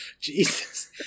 Jesus